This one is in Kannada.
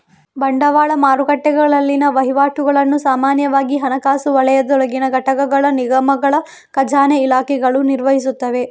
ಬಂಡವಾಳ ಮಾರುಕಟ್ಟೆಗಳಲ್ಲಿನ ವಹಿವಾಟುಗಳನ್ನು ಸಾಮಾನ್ಯವಾಗಿ ಹಣಕಾಸು ವಲಯದೊಳಗಿನ ಘಟಕಗಳ ನಿಗಮಗಳ ಖಜಾನೆ ಇಲಾಖೆಗಳು ನಿರ್ವಹಿಸುತ್ತವೆ